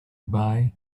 buy